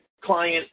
client